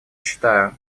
считаю